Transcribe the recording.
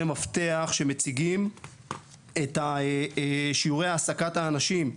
מפתח שמציגים את שיעורי העסקת האנשים.